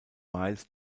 miles